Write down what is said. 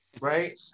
right